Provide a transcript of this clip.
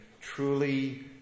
truly